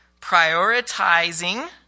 prioritizing